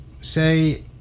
Say